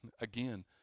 Again